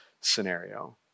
scenario